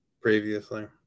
Previously